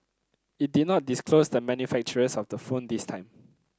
it did not disclose the manufacturers of the phones this time